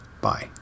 Bye